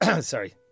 Sorry